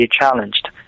challenged